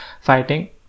fighting